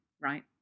right